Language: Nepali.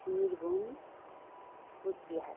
बिरभुम कुचबिहार